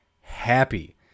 happy